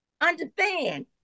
Understand